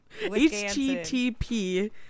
H-T-T-P